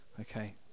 okay